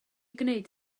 gwneud